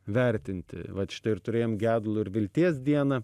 vertinti vat štai ir turėjom gedulo ir vilties dieną